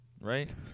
Right